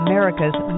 America's